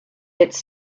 its